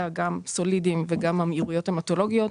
גם סולידיים וגם המהירויות המטולוגיות,